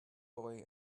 boy